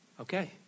Okay